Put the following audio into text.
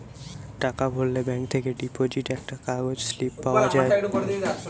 টাকা ভরলে ব্যাঙ্ক থেকে ডিপোজিট একটা কাগজ স্লিপ পাওয়া যায়